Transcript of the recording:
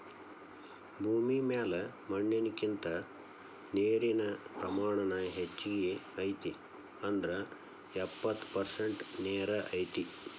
ಭೂಮಿ ಮ್ಯಾಲ ಮಣ್ಣಿನಕಿಂತ ನೇರಿನ ಪ್ರಮಾಣಾನ ಹೆಚಗಿ ಐತಿ ಅಂದ್ರ ಎಪ್ಪತ್ತ ಪರಸೆಂಟ ನೇರ ಐತಿ